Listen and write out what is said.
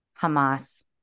Hamas